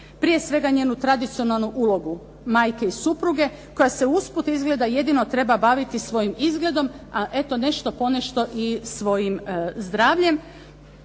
prije svega njenu tradicionalnu ulogu majke i supruge koja se usput izgleda jedino treba baviti svojim izgledom, a eto nešto ponešto i svojim zdravljem,